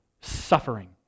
suffering